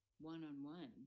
one-on-one